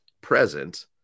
present